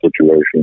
situation